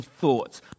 thoughts